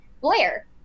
Blair